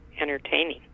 entertaining